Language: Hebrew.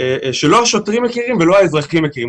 שלא השוטרים מכירים ולא האזרחים מכירים.